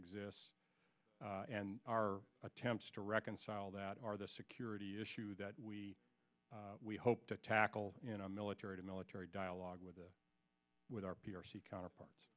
exists and our attempts to reconcile that are the security issue that we we hope to tackle in our military to military dialogue with the with our p r c counterparts